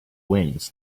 winds